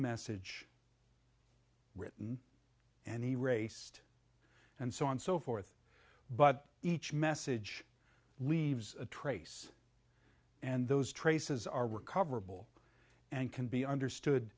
message written and he raced and so on so forth but each message leaves a trace and those traces are recoverable and can be understood